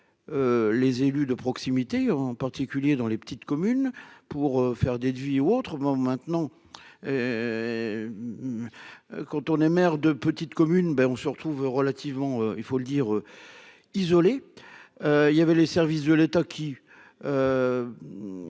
les élus de proximité, en particulier dans les petites communes pour faire des devis autrement maintenant quand on est maire de petites communes, ben, on se retrouve relativement, il faut le dire isolée, il y avait les services de l'État qui